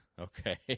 Okay